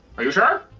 are you sure?